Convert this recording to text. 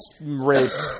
raped